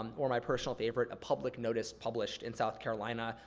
um or my personal favorite, a public notice published in south carolina,